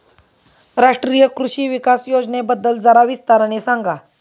राष्ट्रीय कृषि विकास योजनेबद्दल जरा विस्ताराने सांगा